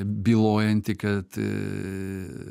bylojanti kad